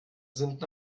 sind